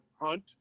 hunt